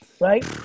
right